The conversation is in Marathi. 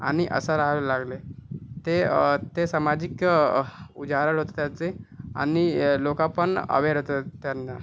आणि असे राहावे लागले ते ते सामाजिक त्याचे आणि लोक पण अवेअर होतात त्यांना